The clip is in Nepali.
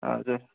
हजुर